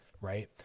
right